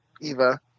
Eva